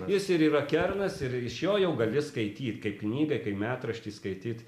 jis ir yra kernas ir iš jo jau gali skaityt kaip knygą kaip metraštį skaityt